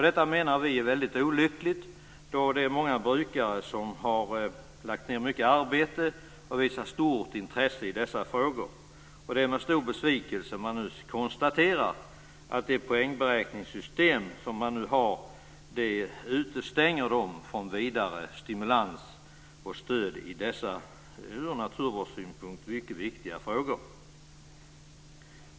Detta menar vi är mycket olyckligt, då det är många brukare som har lagt ned mycket arbete och visat stort intresse i dessa frågor. Det är med stor besvikelse vi konstaterar att det poängberäkningssystem man nu har utestänger dem från vidare stimulans och stöd i dessa ur naturvårdssynpunkt mycket viktiga frågor.